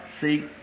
See